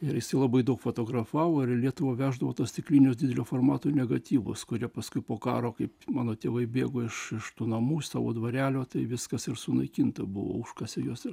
ir jisai labai daug fotografavo ir į lietuvą veždavo tuos stiklinio didelio formato negatyvus kurie paskui po karo kaip mano tėvai bėgo iš tų namųiš savo dvarelio tai viskas ir sunaikinta buvo užkasė juos